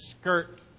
skirt